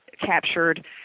captured